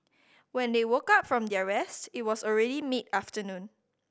when they woke up from their rest it was already mid afternoon